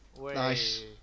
nice